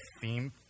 theme